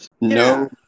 No